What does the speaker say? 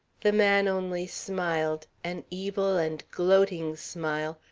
the man only smiled, an evil and gloating smile,